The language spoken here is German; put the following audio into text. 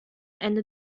ende